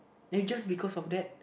then just because of that